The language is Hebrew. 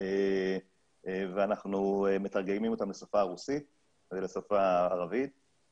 ואנחנו מתרגמים אותן לשפה הרוסית והערבית,